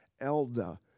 Elda